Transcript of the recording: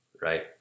right